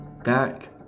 Back